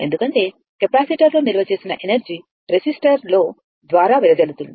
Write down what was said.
ఎందుకంటే కెపాసిటర్లో నిల్వ చేసిన ఎనర్జీ రెసిస్టర్లో ద్వారా వెదజల్లబడుతుంది